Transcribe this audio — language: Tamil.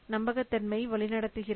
நம்பகத்தன்மை வழிநடத்துகிறது